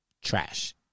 Trash